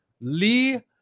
lee